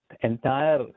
entire